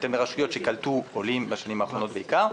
בהתאם לרשויות שקלטו עולים בעיקר בשנים האחרונות.